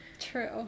True